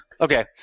Okay